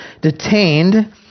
detained